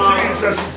Jesus